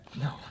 No